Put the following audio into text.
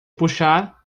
puxar